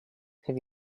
have